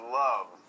love